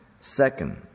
Second